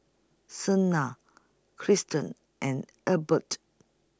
Sienna Kristian and Adelbert